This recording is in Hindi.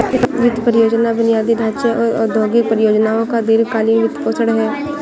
वित्त परियोजना बुनियादी ढांचे और औद्योगिक परियोजनाओं का दीर्घ कालींन वित्तपोषण है